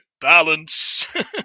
balance